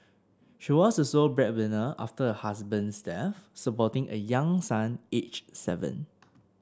she was the sole breadwinner after her husband's death supporting a young son aged seven